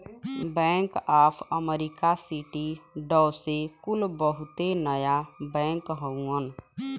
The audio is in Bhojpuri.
bank of America, Citi, Deutsche कुल बहुते नया बैंक हउवन